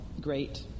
Great